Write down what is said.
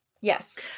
Yes